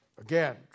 Again